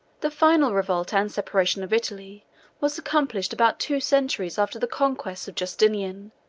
the final revolt and separation of italy was accomplished about two centuries after the conquests of justinian,